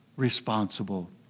Responsible